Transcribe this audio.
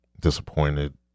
disappointed